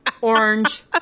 orange